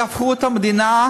הם יהפכו את המדינה,